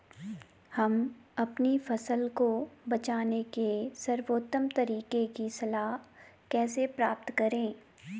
हम अपनी फसल को बचाने के सर्वोत्तम तरीके की सलाह कैसे प्राप्त करें?